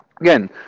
again